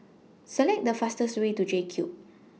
Select The fastest Way to JCube